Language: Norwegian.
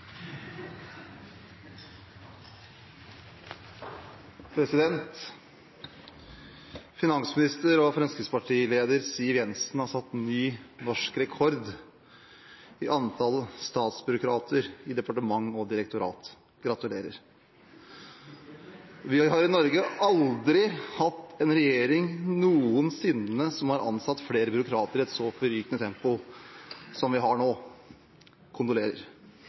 fremskrittspartileder Siv Jensen har satt ny norsk rekord i antall statsbyråkrater i departementer og direktorater – gratulerer. Vi har i Norge aldri noensinne hatt en regjering som har ansatt flere byråkrater i et så forrykende tempo som vi har nå